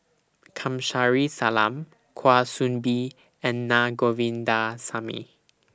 Kamsari Salam Kwa Soon Bee and Naa Govindasamy